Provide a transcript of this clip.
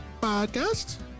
podcast